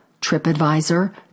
TripAdvisor